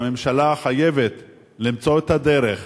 והממשלה חייבת למצוא את הדרך